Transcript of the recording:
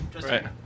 Right